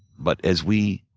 but as we